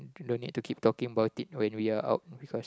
don't need to keep talking about it when we are out because